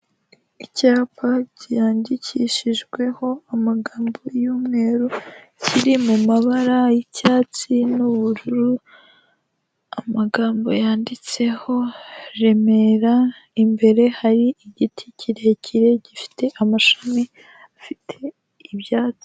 Icyapa cyanyandikishijweho amagambo y'umweru, kiri mu mabara y'icyatsi n'ubururu, amagambo yanditseho Remera, imbere hari igiti kirekire gifite amashami afite ibyatsi.